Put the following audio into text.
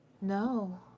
No